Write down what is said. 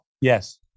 Yes